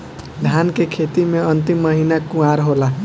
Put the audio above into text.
धान के खेती मे अन्तिम महीना कुवार होला?